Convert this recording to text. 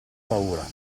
paura